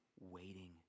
waiting